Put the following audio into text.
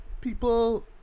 people